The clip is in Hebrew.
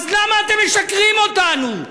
אז למה אתם משקרים לנו?